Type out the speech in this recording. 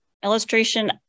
illustration